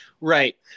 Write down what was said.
right